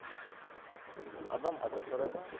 ᱟᱫᱚᱢ ᱟᱛᱳ ᱠᱚᱨᱮ ᱫᱚ